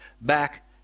back